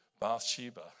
Bathsheba